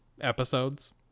episodes